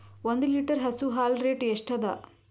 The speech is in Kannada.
ಒಂದ್ ಲೀಟರ್ ಹಸು ಹಾಲ್ ರೇಟ್ ಎಷ್ಟ ಅದ?